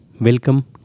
Welcome